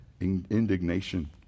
indignation